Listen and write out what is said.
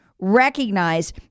recognize